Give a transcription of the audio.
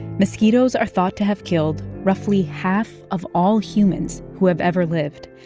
mosquitoes are thought to have killed roughly half of all humans who have ever lived.